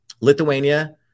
Lithuania